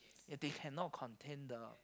it they can not contain the